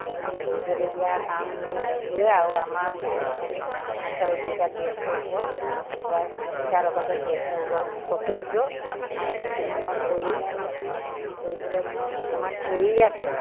সেইখিনি কৰিবলগীয়া কাম মোৰ সেইবোৰে আৰু আমাৰ হাঁহ ছাগলীকেইটাত ব্যস্ত হোৱা হাঁহ কুকুৰাকেইটাৰ লগতে ব্যস্ত হোৱা মোৰ কৰ্তব্য আৰু সেইখিনি মই কৰিম আৰু সেইখিনি কৰিবলৈ মই বৰ্তমান কৰি আছো